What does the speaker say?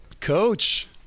Coach